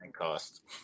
cost